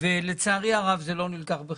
ולצערי הרב זה לא נלקח בחשבון.